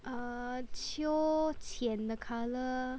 uh 秋浅的 colour